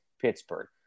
Pittsburgh